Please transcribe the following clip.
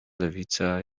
lewica